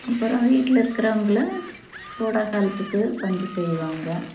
அப்புறோம் வீட்டில் இருக்கிறவுங்கள கூட ஹெல்ப்புக்கு வந்து செய்வாங்க